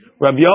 Rabbi